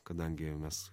kadangi mes